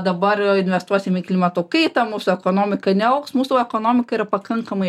dabar investuosim į klimato kaitą mūsų ekonomika neaugs mūsų ekonomika yra pakankamai